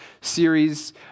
series